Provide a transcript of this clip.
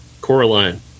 Coraline